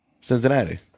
Cincinnati